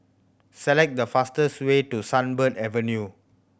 select the fastest way to Sunbird Avenue